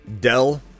Dell